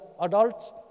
adults